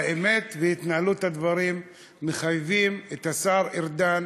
האמת והתנהלות הדברים מחייבות את השר ארדן